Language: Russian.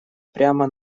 прямо